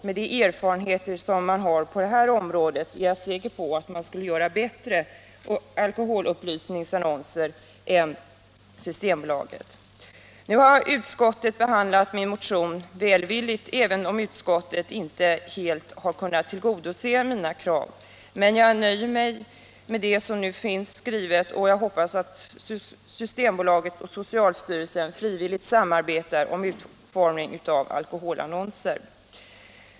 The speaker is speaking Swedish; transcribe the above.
Med de erfarenheter som man har av sådan upplysning är jag säker på att man skulle kunna göra bättre alkoholupplysningsannonser än Systembolaget. Nu har utskottet behandlat min motion välvilligt, även om man inte helt har kunnat tillgodose mina krav. Men jag nöjer mig med det skrivna och hoppas att Systembolaget och socialstyrelsen frivilligt samarbetar i fråga om utformning av alkoholannonser.